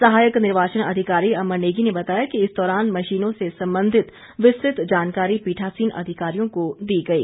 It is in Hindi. सहायक निर्वाचन अधिकारी अमर नेगी ने बताया कि इस दौरान मशीनों से संबंधित विस्तृत जानकारी पीठासीन अधिकारियों को दी गई